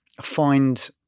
find